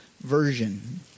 Version